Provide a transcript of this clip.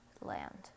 land